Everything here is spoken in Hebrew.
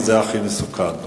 וזה הכי מסוכן.